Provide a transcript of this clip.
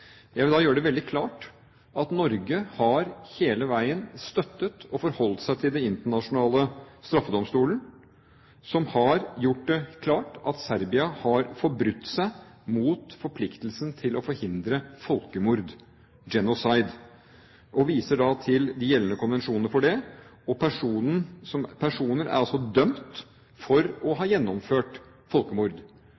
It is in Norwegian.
Jeg vil gjøre det veldig klart at Norge hele veien har støttet og forholdt seg til Den internasjonale straffedomstol, som har gjort det klart at Serbia har forbrutt seg mot forpliktelsen til å forhindre folkemord, genocid, og viser til de gjeldende konvensjoner for det. Personer er altså dømt for å ha